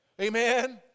Amen